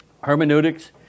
Hermeneutics